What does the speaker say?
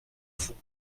fond